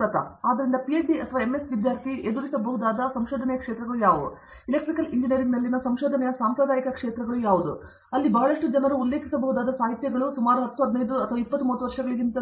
ಪ್ರತಾಪ್ ಹರಿಡೋಸ್ ಆದ್ದರಿಂದ ಪಿಹೆಚ್ಡಿ ಅಥವಾ ಎಮ್ಎಸ್ ವಿದ್ಯಾರ್ಥಿ ಇನ್ನೂ ಎದುರಿಸಬಹುದಾದ ಸಂಶೋಧನೆಯ ಕ್ಷೇತ್ರಗಳಿವೆ ಇವುಗಳು ಎಲೆಕ್ಟ್ರಿಕಲ್ ಎಂಜಿನಿಯರಿಂಗ್ನಲ್ಲಿನ ಸಂಶೋಧನೆಯ ಸಾಂಪ್ರದಾಯಿಕ ಕ್ಷೇತ್ರಗಳಾಗಿವೆ ಎಂದು ತಿಳಿಯಲಾಗಿದೆ ಅಲ್ಲಿ ಬಹಳಷ್ಟು ಅವರು ಉಲ್ಲೇಖಿಸಬಹುದಾದ ಸಾಹಿತ್ಯಗಳು ಮತ್ತು ಸುಮಾರು 10 15 ವರ್ಷಗಳು 20 30 ವರ್ಷಗಳಿಗಿಂತ